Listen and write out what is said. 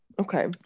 okay